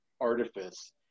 artifice